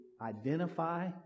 identify